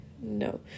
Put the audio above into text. no